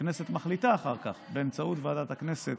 הכנסת מחליטה אחר כך באמצעות ועדת הכנסת